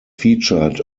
featured